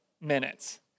minutes